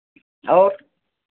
और